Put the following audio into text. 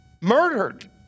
murdered